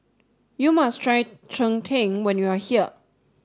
you must try Cheng Tng when you are here